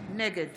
נגד